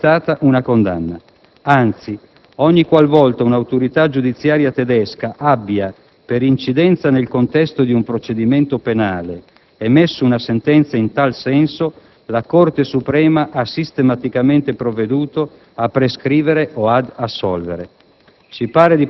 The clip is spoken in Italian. Non vi è mai stata una condanna. Anzi: ogni qualvolta un'autorità giudiziaria tedesca abbia, per incidenza nel contesto di un procedimento penale, emesso una sentenza in tal senso, la Corte suprema ha sistematicamente provveduto a prescrivere o ad assolvere.